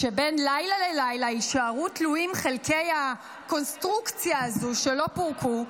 כשבין לילה ללילה יישארו תלויים חלקי הקונסטרוקציה הזו שלא פורקו,